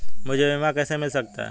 मुझे बीमा कैसे मिल सकता है?